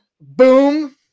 boom